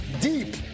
deep